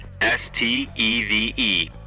S-T-E-V-E